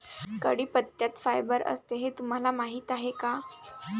कढीपत्त्यात फायबर असते हे तुम्हाला माहीत आहे का?